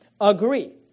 agree